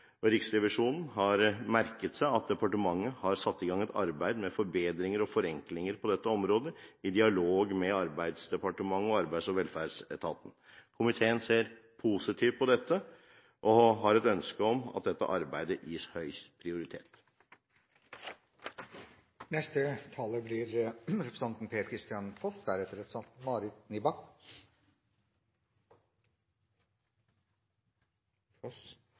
og Riksrevisjonen har merket seg at departementet har satt i gang et arbeid med forbedringer og forenklinger på dette området i dialog med Arbeidsdepartementet og Arbeids- og velferdsetaten. Komiteen ser positivt på dette og har et ønske om at dette arbeidet gis